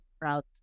route